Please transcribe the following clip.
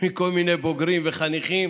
מכל מיני בוגרים וחניכים.